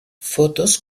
fotos